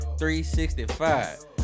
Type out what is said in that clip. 365